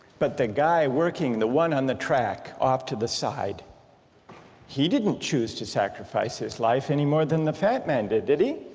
but the guy working, the one on the track off to the side he didn't choose to sacrifice his life any more than the fat guy did, did he?